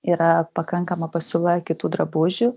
yra pakankama pasiūla kitų drabužių